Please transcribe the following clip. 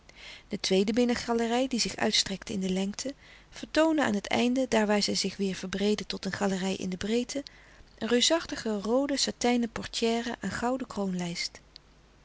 de tweede binnengalerij die zich uitstrekte in de lengte vertoonde aan het einde daar waar zij zich weêr verbreedde tot een galerij in de breedte een reusachtige roode satijnen portière aan